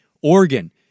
Oregon